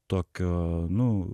tokio nu